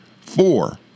Four